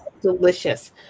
Delicious